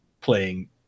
playing